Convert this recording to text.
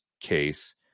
case